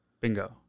bingo